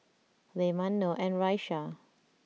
Leman Noh and Raisya